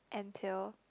entail